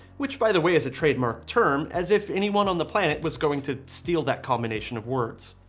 which by the way is a trademark term as if anyone on the planet was going to steal that combination of words.